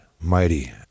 mighty